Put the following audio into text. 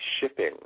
shipping